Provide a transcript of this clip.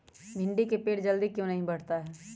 भिंडी का पेड़ जल्दी क्यों नहीं बढ़ता हैं?